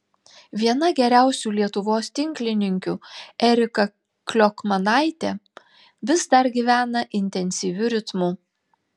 viena geriausių lietuvos tinklininkių erika kliokmanaitė vis dar gyvena intensyviu ritmu